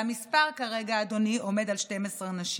והמספר כרגע, אדוני, עומד על 12 נשים.